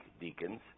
deacons